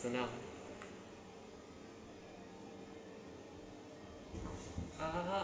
ah uh